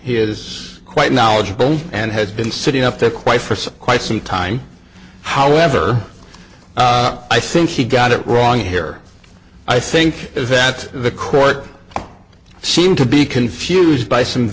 is quite knowledgeable and has been sitting up there quite for some quite some time however i think he got it wrong here i think is that the court seemed to be confused by some